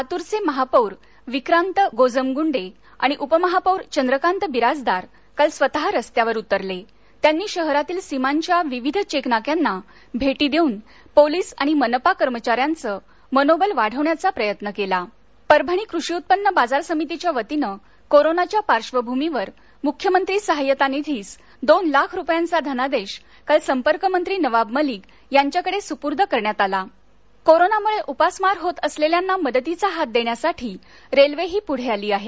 लातूरचे महापौर विक्रांत गोजमगूंडे आणि उपमहापौर चंद्रकांत बिराजदार काल स्वतः रस्त्यावरती उतरले त्यांनी शहरातील सीमांच्या विविध चेक नाक्यांना भेटी देऊन पोलिस आणि मनपा कर्मचाऱ्यांचं मनोबल वाढवण्याचा प्रयत्न केला परभणी कृषि उत्पन्न बाजार समितीच्या वतीने कोरोनाच्या पार्श्वभूमीवर मुख्यमंत्री सहायता निधिस दोन लाख रुपयाचा धनादेश काल संपर्कमंत्री नवाब मलिक यांचेकडे सुपूर्द केला कोरोनामुळे उपासमार होत असलेल्यांना मदतीचा हात देण्यासाठी रेल्वेही पुढे आली आहे